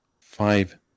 five